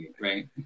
right